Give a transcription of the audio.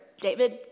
David